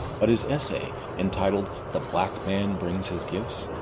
but his essay entitled, the black man brings his gifts,